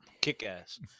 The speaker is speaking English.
kick-ass